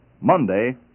Monday